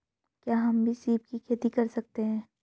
क्या हम भी सीप की खेती कर सकते हैं?